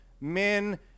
Men